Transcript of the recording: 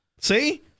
See